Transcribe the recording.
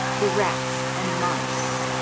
the rats and mice,